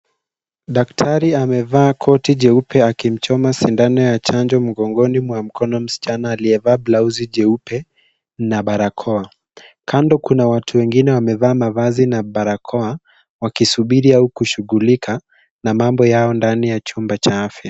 Daktari amevaa koti jeupe akimchoma sindano ya chanjo mgongoni mwa mkono msichana aliyavaa blausi jeupe na barakoa. Kando kuna watu wengine wamevaa mavazi na barakoa wakisubiri au kushughulika na mambo yao ndani ya chumba cha afya.